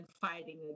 fighting